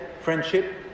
friendship